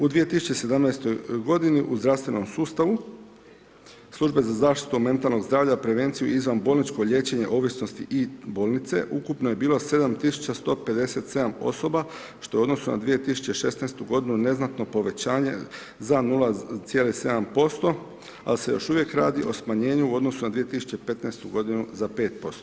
U 2017. g. u zdravstvenom sustavu Služba za zaštitu mentalnog zdravlja, prevenciju i izvanbolničko liječenje ovisnosti i bolnice, ukupno je bilo 7157 osoba što je u odnosu na 2016. g. neznatno povećanje za 0,7% pa se još uvijek radi o smanjenju u odnosu na 2015. g. za 5%